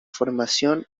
formación